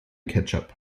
ketchup